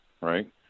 right